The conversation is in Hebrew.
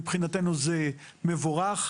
מבחינתנו זה מבורך.